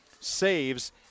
saves